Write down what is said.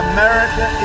America